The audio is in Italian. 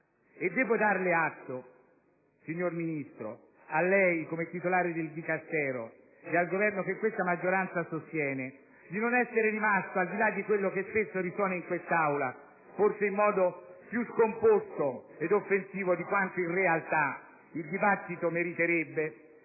E debbo darle atto, signor Ministro, a lei come titolare del Dicastero e al Governo che questa maggioranza sostiene, al di là di quello che spesso risuona in questa Aula, forse in modo più scomposto ed offensivo di quanto in realtà il dibattito meriterebbe,